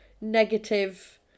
negative